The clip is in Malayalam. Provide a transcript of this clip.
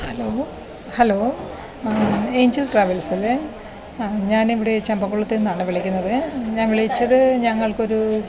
ഹലോ ഹലോ എയ്ഞ്ചൽ ട്രാവൽസല്ലേ ഞാനിവിടെ ചമ്പക്കുളത്തേന്നാണ് വിളിക്കുന്നത് ഞാൻ വിളിച്ചത് ഞങ്ങൾക്കൊരു